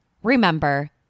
Remember